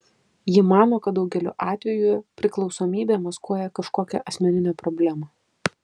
ji mano kad daugeliu atveju priklausomybė maskuoja kažkokią asmeninę problemą